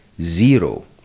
zero